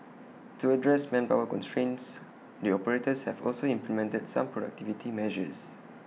to address manpower constraints the operators have also implemented some productivity measures